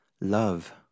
Love